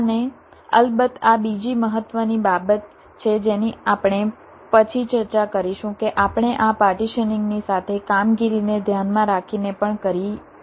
અને અલબત્ત આ બીજી મહત્વની બાબત છે જેની આપણે પછી ચર્ચા કરીશું કે આપણે આ પાર્ટીશનીંગની સાથે કામગીરીને ધ્યાનમાં રાખીને પણ કરી શકીએ છીએ